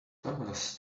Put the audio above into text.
thomas